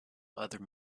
other